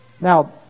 Now